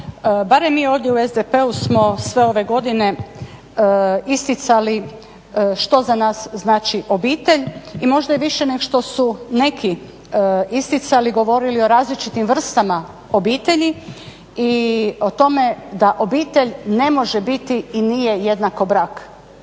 barem mi ovdje u SDP-u smo sve ove godine isticali što za nas znači obitelj i možda je više nego što su neki isticali, govorili o različitim vrstama obitelji i o tome da obitelj ne može biti i nije jednako brak,